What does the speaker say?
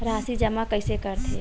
राशि जमा कइसे करथे?